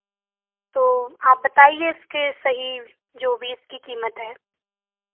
तो आप बताईए इसके सही जो भी इसकी कीमत है